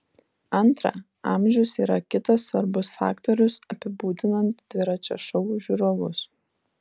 antra amžius yra kitas svarbus faktorius apibūdinant dviračio šou žiūrovus